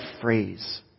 phrase